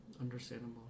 Understandable